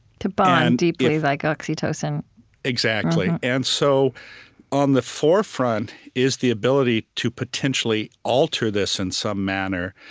to bond deeply, like oxytocin exactly. and so on the forefront is the ability to potentially alter this in some manner,